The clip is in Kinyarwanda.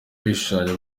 bishushanya